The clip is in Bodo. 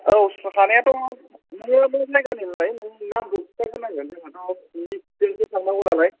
औ हानाया थ' नोङो मा जायगानिमोन लाय नामखौ खोनथाग्रोनां गोन जोंहाथ' लिस्ट जोंसो थांनागौ नालाय